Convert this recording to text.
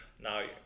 Now